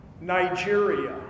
Nigeria